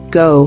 go